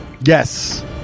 yes